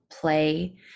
play